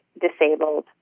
disabled